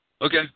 Okay